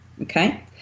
okay